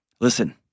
listen